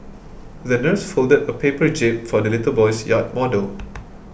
the nurse folded a paper jib for the little boy's yacht model